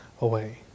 away